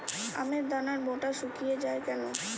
আমের দানার বোঁটা শুকিয়ে য়ায় কেন?